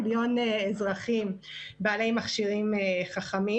מיליון אזרחים בעלי מכשירים חכמים,